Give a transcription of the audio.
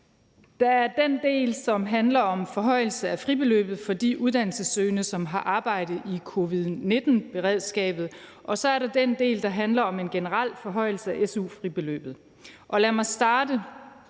Der er den del, som handler om forhøjelse af fribeløbet for de uddannelsessøgende, som har arbejde i covid-19-beredskabet, og så er der den del, der handler om en generel forhøjelse af su-fribeløbet. Lad mig starte